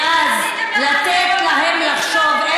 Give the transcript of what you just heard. ואז לתת להם לחשוב,